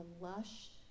lush